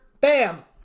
Bam